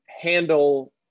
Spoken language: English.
handle